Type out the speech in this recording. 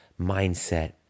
mindset